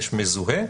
יש "מזוהה",